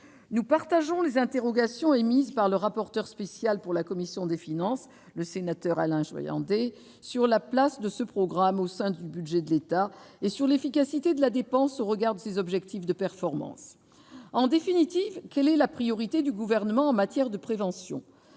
Nous partageons les interrogations émises par le rapporteur spécial de la commission des finances, M. Joyandet, sur la place de ce programme au sein du budget de l'État et sur l'efficacité de la dépense au regard de ses objectifs de performance. En définitive, quelle est la priorité du Gouvernement en matière de prévention ?